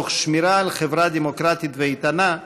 תוך שמירה על חברה דמוקרטית ואיתנה,